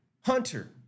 Hunter